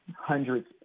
hundreds